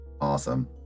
Awesome